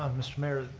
mr. mayor,